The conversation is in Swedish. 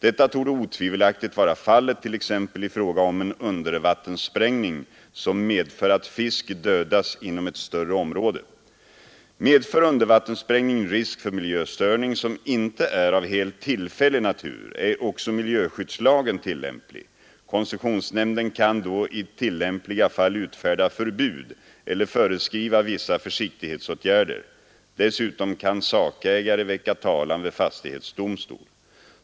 Detta torde otvivelaktigt vara fallet t.ex. i fråga om en undervattenssprängning som medför att fisk dödas inom ett större område. Medför undervattenssprängning risk för miljöstörning som inte är av helt tillfällig natur, är också miljöskyddslagen tillämplig. Koncessionsnämnden kan då i tillämpliga fall utfärda förbud eller föreskriva vissa försiktighetsåtgärder. Dessutom kan sakägare väcka talan vid fastighetsdomstol.